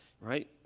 right